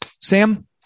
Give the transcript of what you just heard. Sam